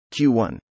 Q1